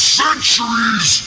centuries